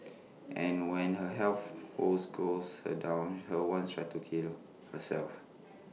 and when her health woes got her down her once tried to kill herself